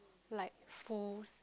like full